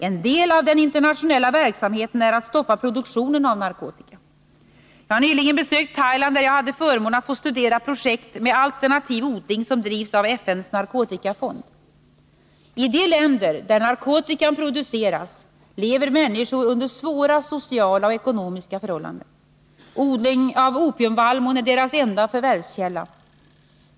En del av den internationella verksamheten är att stoppa produktionen av narkotika. Jag har nyligen besökt Thailand, där jag hade förmånen att få studera projekt med alternativ odling som drivs av FN:s narkotikafond. I de länder där narkotikan produceras lever människor under svåra sociala och ekonomiska förhållanden. Odling av opiumvallmon är deras enda förvärvskälla.